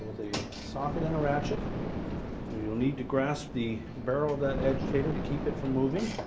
the socket and a ratchet you'll need to grasp the barrel of that agitator to keep it from moving.